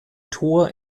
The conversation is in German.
tor